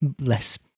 less